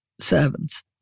servants